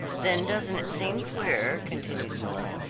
then doesn't it seem queer, continued philip,